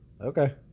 Okay